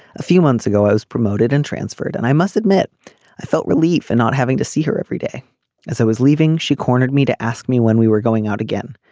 a few months ago i was promoted and transferred and i must admit i felt relief and not having to see her every day as i was leaving she cornered me to ask me when we were going out again.